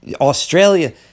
Australia